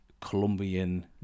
Colombian